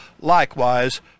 likewise